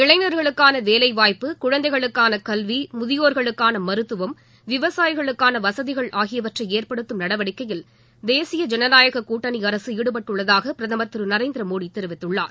இளைஞர்களுக்கான வேலை வாய்ப்பு குழந்தைகளுக்கான கல்வி முதியோர்களுக்கான மருத்துவம் விவசாயிகளுக்கான வசதிகள் ஆகியவற்றை ஏற்படுத்தும் நடவடிக்கையில் தேசிய ஜனநாயகக் கூட்டணி அரசு ஈடுபட்டுள்ளதாக பிரதமர் திரு நரேந்திர மோடி தெரிவித்தள்ளார்